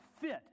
fit